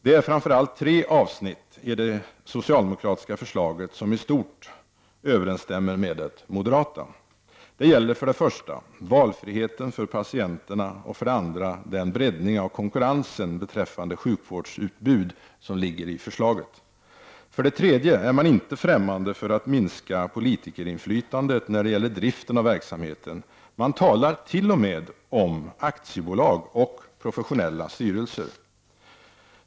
Det är framför allt tre avsnitt i det socialdemokratiska förslaget som i stort överensstämmer med det moderata. Det gäller för det första valfriheten för patienterna och för det andra den breddning av konkurrensen beträffande sjukvårdsutbud som ligger i förslaget. För det tredje är man inte fftämmande för att minska politikerinflytandet när det gäller driften av verksamheten, man talar t.o.m. om aktiebolag och professionella styrelser.